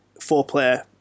four-player